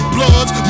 Bloods